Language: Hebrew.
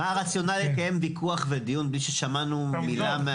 אבל מה הרציונל לקיים ויכוח ודיון בלי ששמענו מילה מהגורמים?